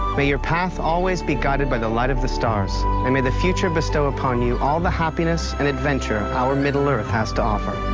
may your path always be guided by the light of the stars and may the future bestow upon you all the happiness and adventure our middle earth has to offer.